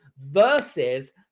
versus